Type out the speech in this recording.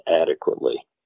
adequately